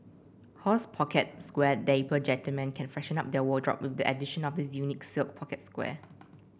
horse pocket square Dapper gentleman can freshen up their wardrobe the addition of this unique silk pocket square